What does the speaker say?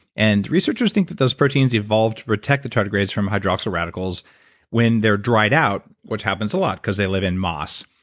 and researchers think that those proteins evolved to protect the tardigrades from hydroxyl radicals when they're dried out, which happens a lot because they live in moss.